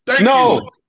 No